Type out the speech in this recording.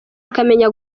akamenya